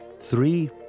Three